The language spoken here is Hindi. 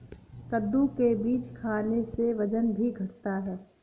कद्दू के बीज खाने से वजन भी घटता है